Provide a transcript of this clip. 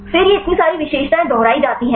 फिर ये इतनी सारी विशेषताएं दोहराई जाती हैं